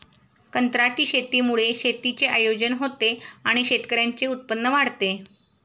कंत्राटी शेतीमुळे शेतीचे आयोजन होते आणि शेतकऱ्यांचे उत्पन्न वाढते